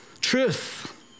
Truth